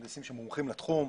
מהנדסים שמומחים בתחום.